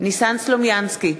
ניסן סלומינסקי,